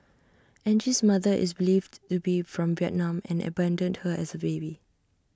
Angie's mother is believed to be from Vietnam and abandoned her as A baby